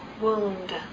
wound